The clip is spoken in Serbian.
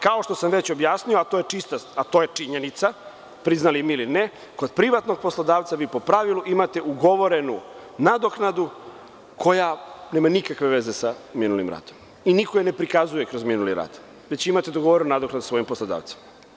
Kao što sam već objasnio, a to je činjenica, priznali mi ili ne, kod privatnog poslodavca vi po pravilu imate ugovorenu nadoknadu koja nema nikakve veze sa minulim radom i niko je ne prikazuje kroz minuli rad, već imate dogovorenu nadoknadu sa svojim poslodavcem.